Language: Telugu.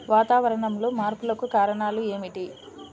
వాతావరణంలో మార్పులకు కారణాలు ఏమిటి?